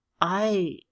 I